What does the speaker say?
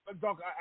Doc